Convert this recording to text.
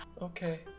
Okay